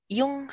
yung